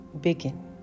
begin